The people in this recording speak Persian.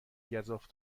گزاف